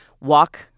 walk